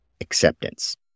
acceptance